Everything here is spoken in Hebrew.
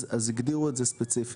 אז הגדירו את זה ספציפית.